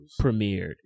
premiered